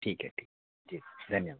ठीक है ठीक जी धन्यवाद